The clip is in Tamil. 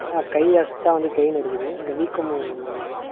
ஆ கை அசைச்சால் வந்து பெயின் இருக்குது அந்த வீக்கமும் கொஞ்சம் இருக்குது